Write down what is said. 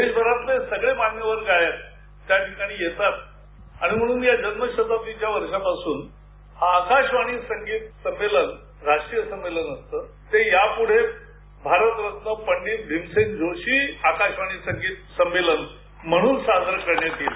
देशभरातले सगळे मान्यवर गायक त्या ठिकाणी येतात आणि म्हणून या जन्मशताब्दीच्या वर्षापासून आकाशवाणी संगीत संमेलन यापूढे भारतरत्न पंडित भीमसेन जोशी आकाशवाणी संगीत संमेलन म्हणून साजरं करण्यात येईल